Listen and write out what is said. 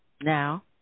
Now